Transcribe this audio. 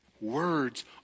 Words